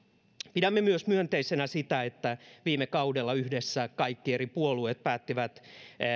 pidämme myös myönteisenä sitä että viime kaudella yhdessä kaikki eri puolueet päättivät